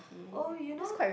oh you know